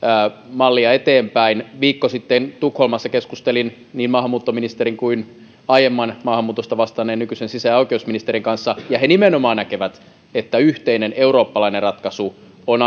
mallia eteenpäin viikko sitten tukholmassa keskustelin niin maahanmuuttoministerin kuin aiemman maahanmuutosta vastanneen nykyisen sisä ja ja oikeusministerinkin kanssa ja he nimenomaan näkevät että yhteinen eurooppalainen ratkaisu on